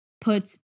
puts